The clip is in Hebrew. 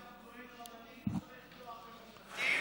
אז מחר גם טוען רבני יצטרך תואר במשפטים?